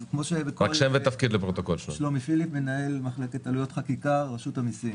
אני מנהל מחלקת עלויות חקיקה, רשות המיסים.